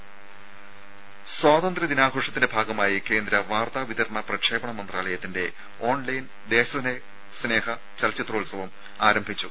രുദ സ്വാതന്ത്ര്യ ദിനാഘോഷത്തിന്റെ ഭാഗമായി കേന്ദ്ര വാർത്താ വിതരണ പ്രക്ഷേപണ മന്ത്രാലയത്തിന്റെ ഓൺലൈൻ ദേശസ്നേഹ ചലച്ചിത്രോത്സവം ആരംഭിച്ചു